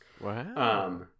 Wow